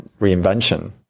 reinvention